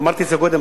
אמרתי את זה קודם,